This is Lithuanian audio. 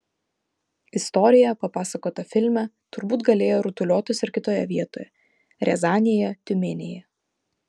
istorija papasakota filme turbūt galėjo rutuliotis ir kitoje vietoje riazanėje tiumenėje